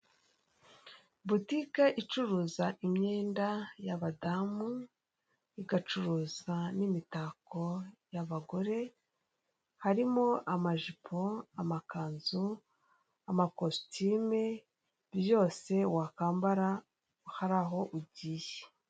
Butike icuruza imyenda y' badamu igacuruza n'imitako y'abagore harimo amajipo., amakanzu amakositime, byo wakwambara hari aho ugiye.